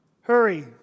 hurry